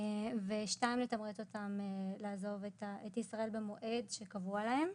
ושנית - לתמרץ אותם לעזוב את ישראל במועד שקבוע להם.